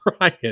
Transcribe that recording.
Ryan